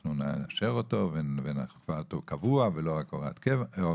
אנחנו נאשר אותו ואנחנו נקבע אותו קבוע ולא רק הוראת שעה,